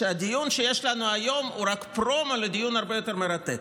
שהדיון שיש לנו היום הוא רק פרומו לדיון הרבה יותר מרתק.